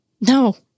No